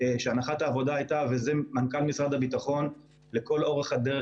הנחת העבודה הייתה ואת זה מנכ"ל משרד הביטחון הדגיש לכל אורך הדרך,